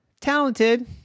talented